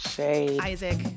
Isaac